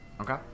Okay